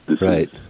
Right